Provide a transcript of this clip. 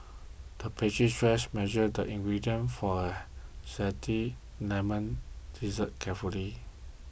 the pastry chef measured the ingredients for a Zesty Lemon Dessert carefully